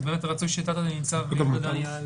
רצוי שתנ"צ יהודה דהן יעלה.